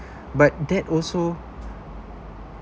but that also